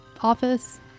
office